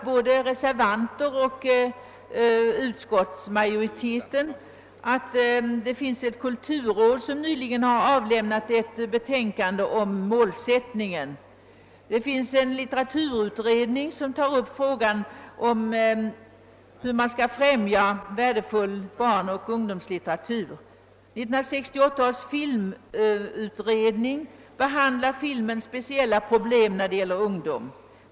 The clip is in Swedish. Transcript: Både reservanterna och utskottsmajoriteten konstaterar att det finns ett kulturråd, som nyligen har avlämnat ett betänkande om målsättningen för kulturpolitiken. Det finns en litteraturutredning som tar upp frågan hur värdefull barnoch ungdomslitteratur skall främjas. 1968 års filmutredning behandlar filmens speciella problem när det gäller ungdom.